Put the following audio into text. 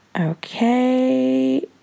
Okay